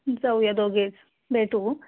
जाऊया दोघेच भेटू